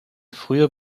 frühe